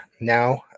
now